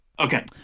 Okay